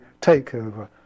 takeover